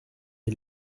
les